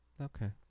Okay